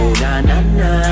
na-na-na